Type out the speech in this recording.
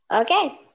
Okay